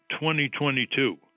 2022